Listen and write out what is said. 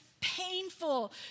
painful